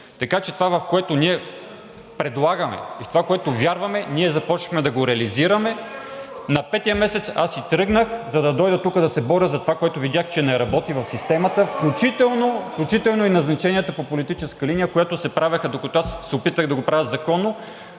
Така че това, което ние предлагаме, и това, в което вярваме, ние започнахме да го реализираме. (Шум и реплики от БСП за България.) На петия месец си тръгнах, за да дойда тук да се боря за това, което видях, че не работи в системата, включително и назначенията по политическа линия, които се правеха. Докато се опитвах да го правя законно,